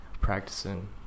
practicing